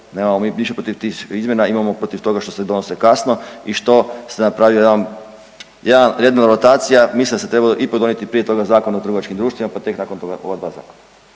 nemamo mi ništa protiv tih izmjena. Imamo protiv toga što se donose kasno i što se napravila jedna rotacija. Mislim da se trebalo ipak donijeti prije toga Zakon o trgovačkim društvima, pa tek nakon toga ova dva zakona.